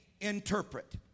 interpret